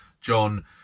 John